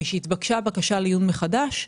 משהתבקשה בקשה לעיון מחדש,